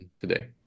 today